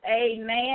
Amen